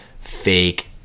fake